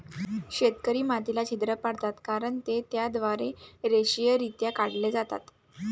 शेतकरी मातीला छिद्र पाडतात कारण ते त्याद्वारे रेषीयरित्या काढले जातात